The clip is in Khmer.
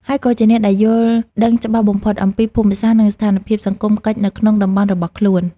ហើយក៏ជាអ្នកដែលយល់ដឹងច្បាស់បំផុតអំពីភូមិសាស្ត្រ និងស្ថានភាពសង្គមកិច្ចនៅក្នុងតំបន់របស់ខ្លួន។